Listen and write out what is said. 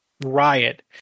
riot